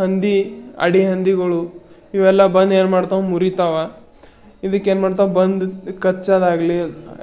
ಹಂದಿ ಅಡಿ ಹಂದಿಗಳು ಇವೆಲ್ಲ ಬಂದು ಏನು ಮಾಡ್ತಾವ ಮುರಿತಾವ ಇದಕ್ಕೇನು ಮಾಡ್ತಾವ ಬಂದು ಇದು ಕಚ್ಚೋದಾಗ್ಲಿ